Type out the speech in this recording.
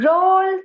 Roll